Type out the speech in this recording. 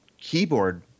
keyboard